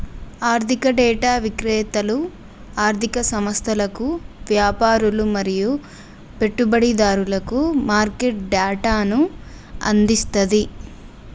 ఆర్థిక డేటా విక్రేతలు ఆర్ధిక సంస్థలకు, వ్యాపారులు మరియు పెట్టుబడిదారులకు మార్కెట్ డేటాను అందిస్తది